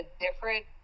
different